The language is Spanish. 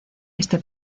este